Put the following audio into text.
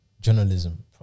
journalism